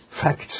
Facts